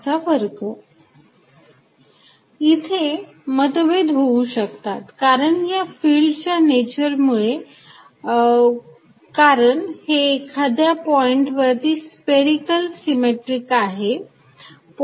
Er14π0Qr214π0QR2 इथे मतभेद होऊ शकतात कारण या फिल्डच्या नेचरमुळे कारण हे एखाद्या पॉईंट वरती स्पेरीकली सिमेट्रिक आहे